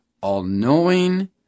all-knowing